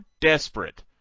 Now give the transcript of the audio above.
desperate